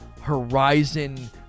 Horizon